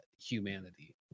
humanity